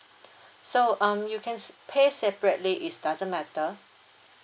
so um you can pay separately is doesn't matter